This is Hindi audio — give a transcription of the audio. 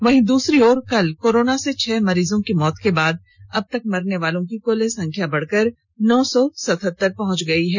वहीं दूसरी ओर कल कोरोना से छह मरीजों की मौत के बाद अब तक मरनेवालों की कुल संख्या बढ़कर नौ सौ सतहतर पहुंच गई है